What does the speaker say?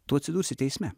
tu atsidursi teisme